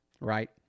Right